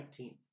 19th